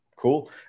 cool